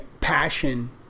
passion